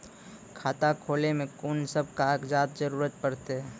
खाता खोलै मे कून सब कागजात जरूरत परतै?